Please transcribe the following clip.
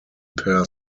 per